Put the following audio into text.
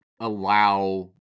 allow